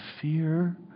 fear